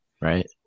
right